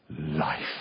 life